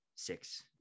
six